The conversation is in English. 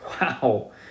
Wow